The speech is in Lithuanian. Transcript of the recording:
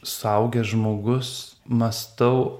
suaugęs žmogus mąstau